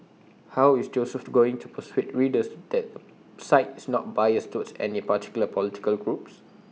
how is Joseph going to persuade readers that the site is not biased towards any particular political group